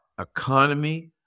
economy